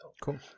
Cool